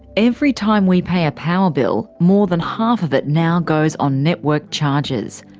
every time we pay a power bill, more than half of it now goes on network charges.